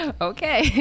Okay